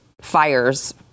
fires